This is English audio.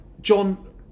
John